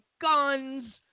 guns